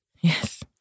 Yes